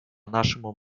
нашему